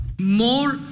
More